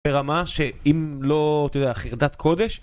ברמה שאם לא, אתה יודע, חרדת קודש